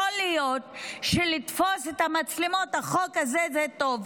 להיות שבשביל לתפוס את המצלמות החוק הזה טוב.